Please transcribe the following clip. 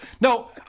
No